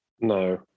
No